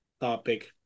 topic